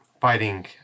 fighting